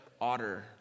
otter